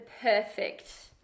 perfect